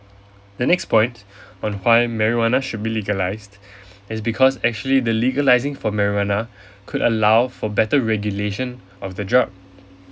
the next point on why marijuana should be legalised is because actually the legalising for marijuana could allow for better regulation of the drug